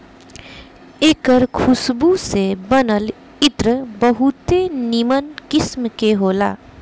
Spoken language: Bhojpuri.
एकर खुशबू से बनल इत्र बहुते निमन किस्म के होला